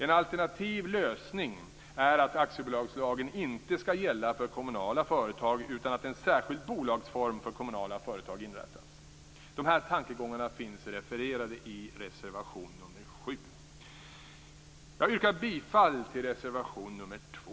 En alternativ lösning är att aktiebolagslagen inte skall gälla för kommunala företag, utan att en särskild bolagsform för kommunala företag inrättas. De här tankegångarna finns refererade i reservation nr 7. Jag yrkar bifall till reservation nr 2.